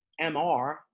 MR